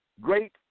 great